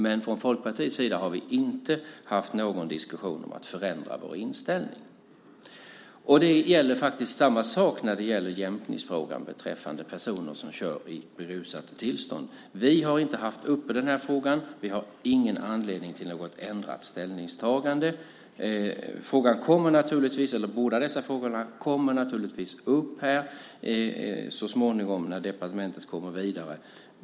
Men från Folkpartiets sida har vi inte haft någon diskussion om att förändra vår inställning. Det är faktiskt samma sak när det gäller jämkningsfrågan beträffande personer som kör i berusat tillstånd. Vi har inte haft den här frågan uppe. Vi har ingen anledning att göra något ändrat ställningstagande. Båda dessa frågor kommer naturligtvis upp här så småningom, när departementet kommer vidare.